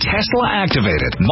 Tesla-activated